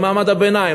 למעמד הביניים,